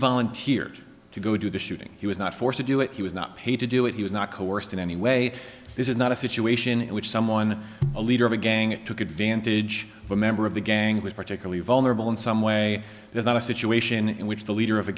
volunteered to go do the shooting he was not forced to do it he was not paid to do it he was not coerced in any way this is not a situation in which someone a leader of a gang it took advantage of a member of the gang was particularly vulnerable in some way there's not a situation in which the leader of a